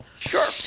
Sure